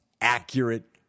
accurate